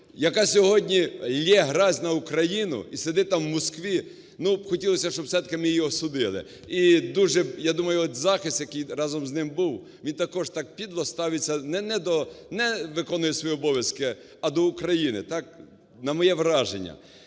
яка сьогодні ллє грязь на Україну і сидить там в Москві, ну хотілося б, щоб все-таки ми його судили. І дуже… я думаю, от захист, який разом з ним був, він також так підло ставиться не до… не виконує свої обов'язки, а до України. Так на моє враження.